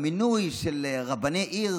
המינוי של רבני עיר,